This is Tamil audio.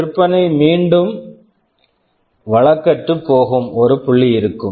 விற்பனை மீண்டும் வழக்கற்றுப் போகும் ஒரு புள்ளி இருக்கும்